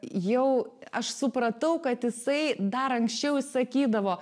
jau aš supratau kad jisai dar anksčiau išsakydavo